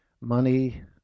money